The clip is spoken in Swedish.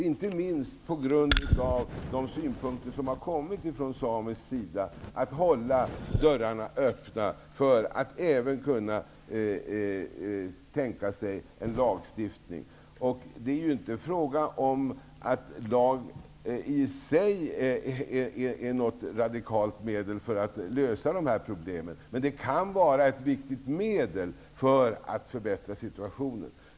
Inte minst på grund av synpunkter som framförts från samehåll är det av betydelse att vi håller dörrarna öppna för en lagstiftning. Det är ju inte så att en lag i sig är något radikalt medel för att lösa dessa problem, men den kan vara ett viktigt medel för att förbättra situationen.